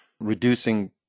reducing